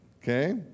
Okay